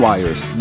Wires